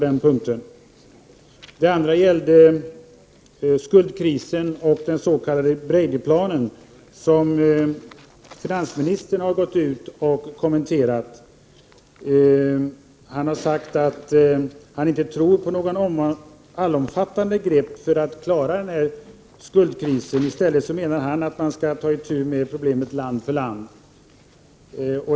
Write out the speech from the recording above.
Den andra frågan handlade om skuldkrisen och den s.k. Bradyplanen som finansministern har gått ut och kommenterat. Han menade att han inte trodde på något allomfattande grepp för att klara skuldkrisen. Man skall i stället ta itu med problemet land för land.